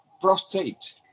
Prostate